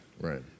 Right